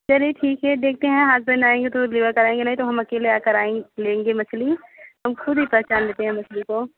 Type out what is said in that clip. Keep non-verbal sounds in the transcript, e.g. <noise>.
चलिए ठीक है देखते हैं हसबैंड आएँगे तो <unintelligible> कराएंगे नहीं तो हम आकर आए लेंगे मछली हम खुद ही पहचान लेते हैं मछली को